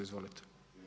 Izvolite.